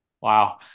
Wow